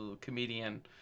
comedian